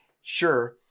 Sure